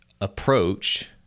approach